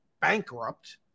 bankrupt